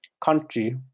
country